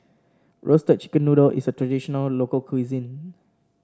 Roasted Chicken Noodle is a traditional local cuisine